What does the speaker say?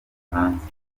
hanze